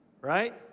right